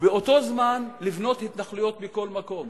ובאותו זמן לבנות התנחלויות בכל מקום.